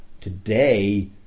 today